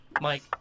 Mike